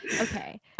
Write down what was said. Okay